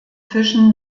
fischen